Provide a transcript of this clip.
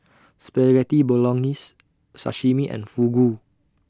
Spaghetti Bolognese Sashimi and Fugu